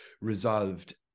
resolved